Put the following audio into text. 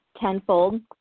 tenfold